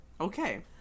Okay